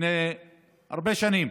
לפני הרבה שנים,